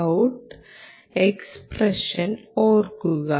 Vout expression ഓർക്കുക